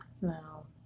No